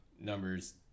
numbers